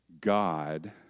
God